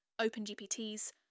OpenGPTs